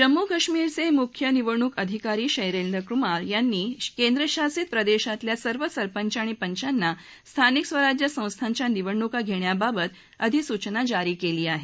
जम्मू काश्मीरचे मुख्य निवडणुक अधिकारी शैलेंद्र कुमार यांनी केंद्रशासित प्रदेशातल्या सर्व सरपंच आणि पंचानां स्थानिक स्वराज संस्थाच्या निवडणुका घेण्याबाबत अधिसूचना जारी केली आहे